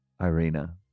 Irina